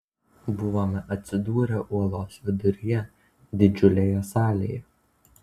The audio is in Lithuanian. buvome atsidūrę uolos viduje didžiulėje salėje